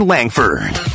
Langford